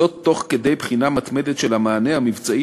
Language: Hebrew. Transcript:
זאת תוך כדי בחינה מתמדת של המענה המבצעי